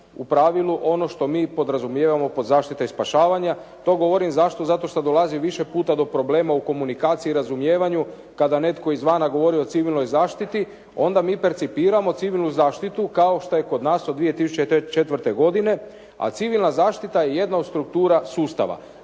u pravilu ono što mi podrazumijevamo pod zaštita i spašavanja. To govorim zašto? Zato što dolazi više puta do problema u komunikaciji i razumijevanju kada netko izvana govori o civilnoj zaštiti onda mi percipiramo civilnu zaštitu kao što je kod nas od 2004. godine, a civilna zaštita je jedna od struktura sustava.